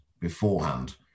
beforehand